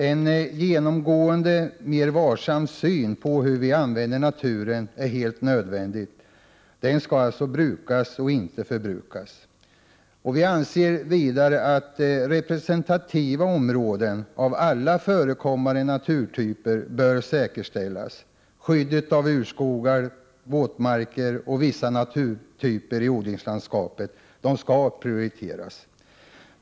En genomgående mer varsam syn på hur vi använder naturen är helt nödvändig. Den skall brukas, inte förbrukas. Vi anser vidare att representativa områden av alla förekommande naturtyper bör säkerställas. Skyddet av urskogar, våtmarker och vissa naturtyper i odlingslandskapet skall prioriteras.